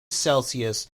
celsius